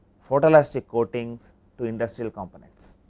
photo elastic coatings to industrial components.